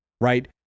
right